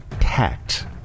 tact